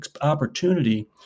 opportunity